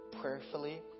prayerfully